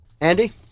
Andy